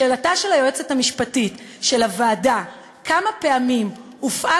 לשאלתה של היועצת המשפטית של הוועדה כמה פעמים הופעל